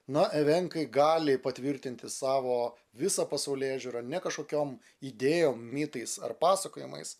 na evenkai gali patvirtinti savo visą pasaulėžiūrą ne kažkokiom idėjom mitais ar pasakojimais